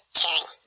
caring